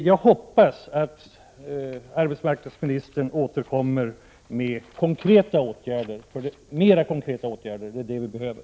Jag hoppas att arbetsmarknadsministern återkommer med mer konkreta åtgärder — det är det vi behöver.